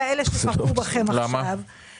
אלה שפרעו בהם עכשיו --- למה להשתנמך?